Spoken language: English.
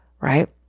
right